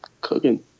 cooking